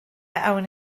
awn